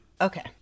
Okay